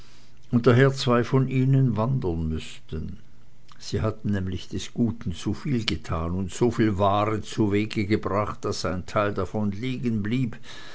und daher zwei von ihnen wandern müßten sie hatten nämlich des guten zuviel getan und so viel ware zuweg gebracht daß ein teil davon